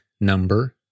number